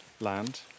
land